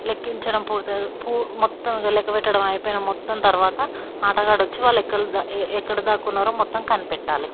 లెక్కించడం పూర్తయ్యే పూ మొత్తం ఇక లెక్కపెట్టడం అయిపోయిన మొత్తం తర్వాత ఆటగాడు వచ్చి వాళ్ళు ఎక్కడ ఎక్కడ దాక్కున్నారో మొత్తం కనిపెట్టాలి